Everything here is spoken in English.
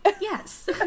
yes